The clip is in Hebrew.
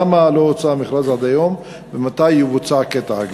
למה לא הוצא המכרז עד היום ומתי יבוצע קטע הכביש?